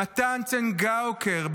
מתן צנגאוקר,